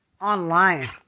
Online